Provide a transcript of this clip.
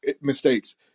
mistakes